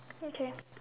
okay